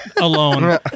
alone